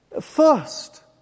first